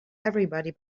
everybody